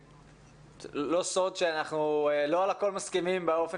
לא סוד שאנחנו לא על הכול מסכימים באופן